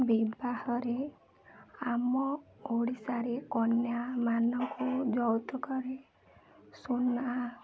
ବିବାହରେ ଆମ ଓଡ଼ିଶାରେ କନ୍ୟାମାନଙ୍କୁ ଯୌତୁକରେ ସୁନା